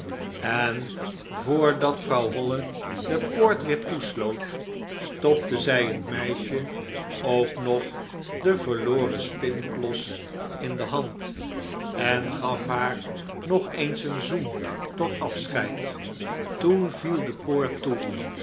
en voor dat vrouw holle de poort weêr toesloot stopte zij het meisje j j a goeverneur oude sprookjes ook nog den verloren spinklos in de hand en gaf haar nog eens een zoen tot afscheid toen viel de poort toe